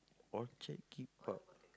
Orchard keep out